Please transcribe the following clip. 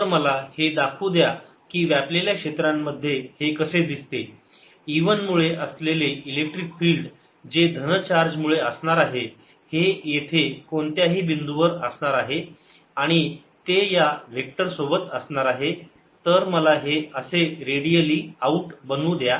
तर मला हे दाखवून द्या की व्यापलेल्या क्षेत्रांमध्ये हे कसे दिसते E 1 मुळे असलेले इलेक्ट्रिक फील्ड जे धन चार्ज मुळे असणार आहे हे येथे कोणत्याही बिंदूवर असणार आहे आणि ते या व्हेक्टर सोबत असणार आहे तर मला हे असे रेडियली आऊट बनवू द्या